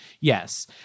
Yes